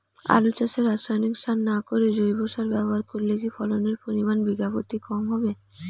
আলু চাষে রাসায়নিক সার না করে জৈব সার ব্যবহার করলে কি ফলনের পরিমান বিঘা প্রতি কম হবে?